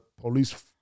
police